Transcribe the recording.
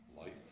Light